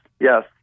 yes